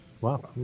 Wow